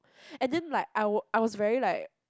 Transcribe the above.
and then like I I was very like